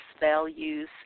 values